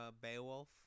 Beowulf